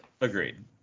Agreed